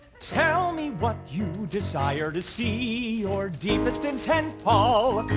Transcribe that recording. tell me what you desire to see. your deepest intent, paul.